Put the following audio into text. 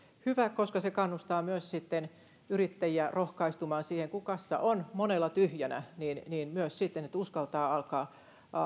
hyvä koska se kannustaa sitten yrittäjiä rohkaistumaan siihen kun kassa on monella tyhjänä että uskaltaa alkaa